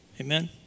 Amen